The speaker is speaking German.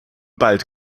bald